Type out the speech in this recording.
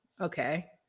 Okay